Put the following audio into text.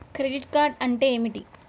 Credit card అంటే ఏమిటి?